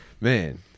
man